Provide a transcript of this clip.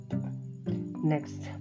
Next